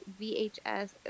VHS